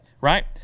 Right